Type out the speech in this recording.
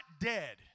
dead